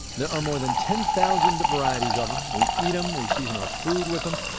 there are more than ten thousand varieties. um and we eat em. we season our food with them.